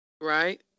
right